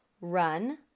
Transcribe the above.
Run